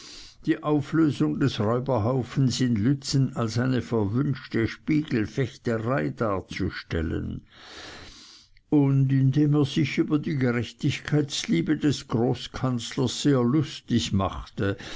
die auflösung des räuberhaufens in lützen als eine verwünschte spiegelfechterei darzustellen und indem er sich über die gerechtigkeitsliebe des großkanzlers sehr lustig machte